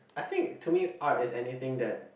I think art to me is anything that